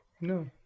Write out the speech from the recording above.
No